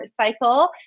Cycle